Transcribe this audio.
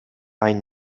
ein